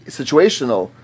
situational